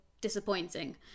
disappointing